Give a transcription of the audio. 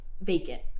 vacant